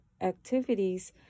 activities